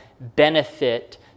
benefit